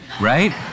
right